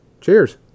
Cheers